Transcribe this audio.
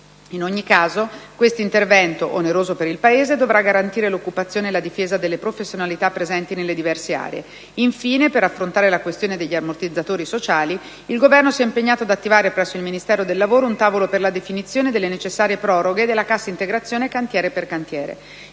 In ogni caso, questo intervento, oneroso per il Paese, dovrà garantire l'occupazione e la difesa delle professionalità presenti nelle diverse aree. Infine, per affrontare la questione degli ammortizzatori sociali, il Governo si è impegnato ad attivare presso il Ministero del lavoro un tavolo per la definizione delle necessarie proroghe della cassa integrazione cantiere per cantiere.